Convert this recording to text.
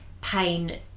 pain